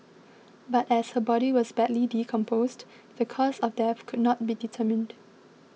but as her body was badly decomposed the cause of death could not be determined